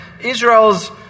Israel's